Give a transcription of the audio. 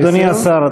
אדוני השר,